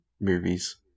movies